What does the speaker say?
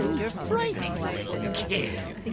you're frightening the little kid.